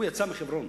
הוא יצא מחברון.